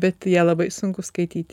bet ją labai sunku skaityt